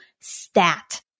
stat